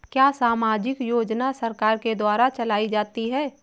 क्या सामाजिक योजना सरकार के द्वारा चलाई जाती है?